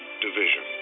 division